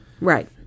right